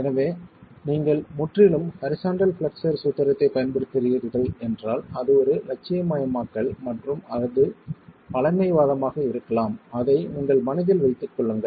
எனவே நீங்கள் முற்றிலும் ஹரிசாண்டல் பிளெக்ஸ்ஸர் சூத்திரத்தைப் பயன்படுத்துகிறீர்கள் என்றால் அது ஒரு இலட்சியமயமாக்கல் மற்றும் அது பழமைவாதமாக இருக்கலாம் அதை உங்கள் மனதில் வைத்துக் கொள்ளுங்கள்